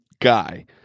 guy